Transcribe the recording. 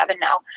now